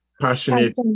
passionate